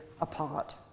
apart